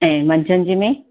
ऐं मंझंदि जे में